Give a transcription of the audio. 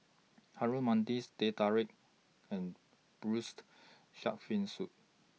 Harum Manis Teh Tarik and Braised Shark Fin Soup